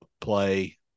play